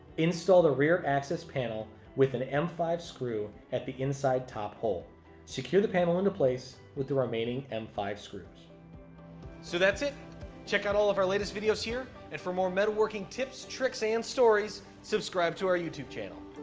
install the rear access panel with an m five screw at the inside top hole secure the panel into place with the remaining m five screws so that's it check out all of our latest videos here and for more metalworking tips tricks and stories subscribe to our youtube channel